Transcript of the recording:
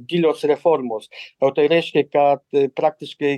gilias reformas o tai reiškia kad praktiškai